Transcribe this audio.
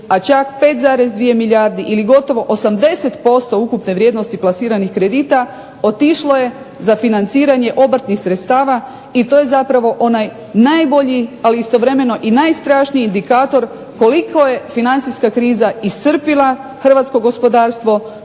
a čak 5,2 milijarde ili gotovo 80% ukupne vrijednosti plasiranih kredita otišlo je za financiranje obrtnih sredstava i to je zapravo onaj najbolji ali istovremeno i najstrašniji indikator koliko je financijska kriza iscrpila hrvatsko gospodarstvo